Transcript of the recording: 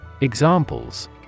examples